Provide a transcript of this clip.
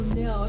no